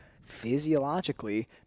physiologically